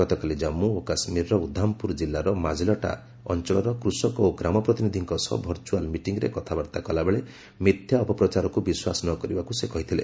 ଗତକାଲି ଜାମ୍ମୁ ଓ କାଶ୍ମୀରର ଉଦ୍ଧାମପୁର ଜିଲ୍ଲାର ମାଜଲ୍ଟା ଅଞ୍ଚଳର କୃଷକ ଓ ଗ୍ରାମପ୍ରତିନିଧିଙ୍କ ସହ ଭର୍ଚୁଆଲ ମିଟିଂରେ କଥାବାର୍ତ୍ତା କଲାବେଳେ ମିଥ୍ୟା ଅପପ୍ରଚାରକୁ ବିଶ୍ୱାସ ନ କରିବାକୁ ସେ କହିଥିଲେ